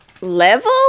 level